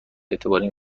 اعتباریم